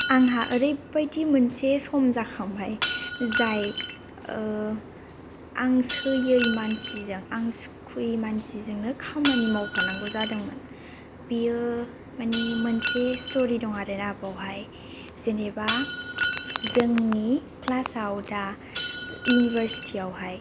आंहा ओरैबायदि मोनसे सम जाखांबाय जाय आं सैयै मानसिजों आं सुखुयै मानसिजोंनो खामानि मावफानांगौ जादोंमोन बियो मानि मोनसे स्टरि दङ आरोना बावहाय जेनेबा जोंनि क्लासआव दा इउनिभारसिटीआवहाय